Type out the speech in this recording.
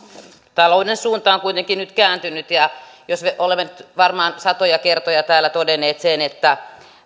talouden suunta on kuitenkin nyt kääntynyt ja olemme varmaan satoja kertoja täällä todenneet sen että